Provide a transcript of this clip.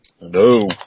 No